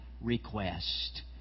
request